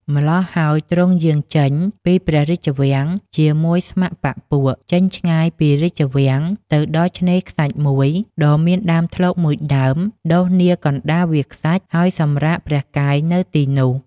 ម្ល៉ោះហើយ ទ្រង់យាងចេញពីព្រះរាជវាំងជាមួយស្ម័គ្របក្សពួក ចេញឆ្ងាយពីរាជវាំងទៅដល់ឆ្នេរខ្សាច់មួយ ដ៏មានដើមធ្លកមួយដើម ដុះនាកណ្តាលវាលខ្សាច់ ហើយសម្រាកព្រះកាយនៅទីនោះ ។